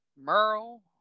Merle